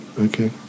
Okay